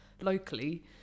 locally